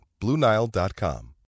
BlueNile.com